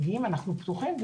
אנחנו פתוחים.